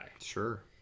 Sure